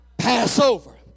Passover